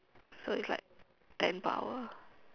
so it's like ten per hour